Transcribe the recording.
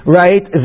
right